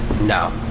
No